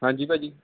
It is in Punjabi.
ਹਾਂਜੀ ਭਾਅ ਜੀ